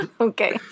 Okay